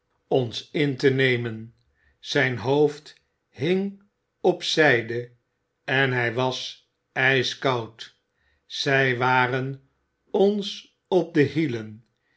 ons in te nemen zijn hoofd hing op zijde en hij was ijskoud zij waren ons op de hielen